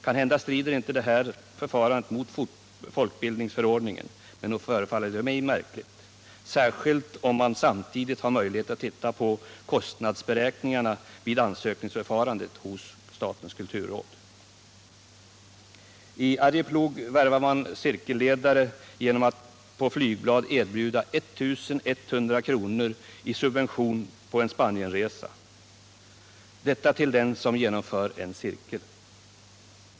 Kanhända strider inte det förfarandet mot folkbildningsförordningen, men nog förefaller det mig märkligt, särskilt om man samtidigt har möjlighet att se på kostnadsberäkningarna vid ansökningsförfarandet hos statens kulturråd. kr. i subvention på en Spanienresa, detta till den som genomför en cirkel.